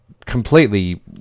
completely